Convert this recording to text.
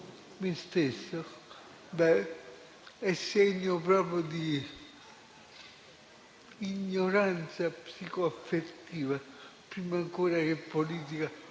me stesso, è segno proprio di ignoranza psicoaffettiva, prima ancora che politica,